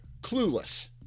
clueless